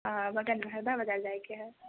आ बगल मे हरदा बाजार जाय के ह